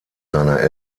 seiner